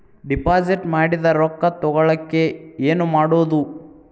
Deposit ಮಾಡಿದ ರೊಕ್ಕ ತಗೋಳಕ್ಕೆ ಏನು ಮಾಡೋದು?